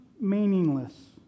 meaningless